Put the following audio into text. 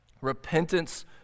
Repentance